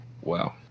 Wow